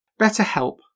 BetterHelp